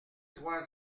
trois